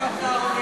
מה עם הצהרונים?